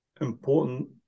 important